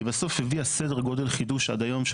היא בסוף הביאה סדר גודל חידוש עד היום,